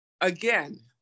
again